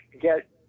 get